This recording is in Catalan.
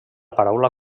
paraula